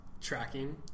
tracking